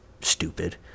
stupid